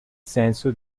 senso